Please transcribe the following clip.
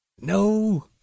No